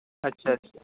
ᱟᱪᱪᱷᱟ ᱟᱪᱪᱷᱟ